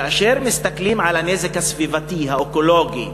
כאשר מסתכלים על הנזק הסביבתי, האקולוגי,